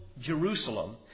Jerusalem